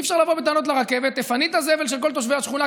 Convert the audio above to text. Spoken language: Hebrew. אי-אפשר לבוא בטענות לרכבת: תפני את הזבל של כל תושבי השכונה,